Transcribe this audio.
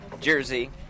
jersey